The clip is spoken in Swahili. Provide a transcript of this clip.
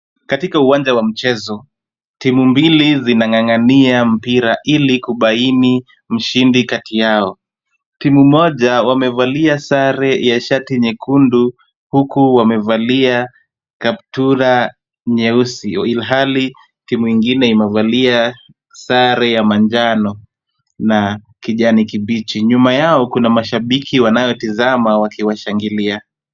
Katika uwanja wa mchezo, timu mbili zinang'ang'ania mpira ili kubaini mshindi kati yao. Timu moja wamevalia sare ya shati nyekundu, huku wamevalia kaptura nyeusi. Ilhali timu ingine imevalia sare ya manjano na kijani kibichi. Nyuma yao kuna mashabiki wanaotizama wakiwashangilia.